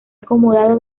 acomodado